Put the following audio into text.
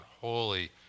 holy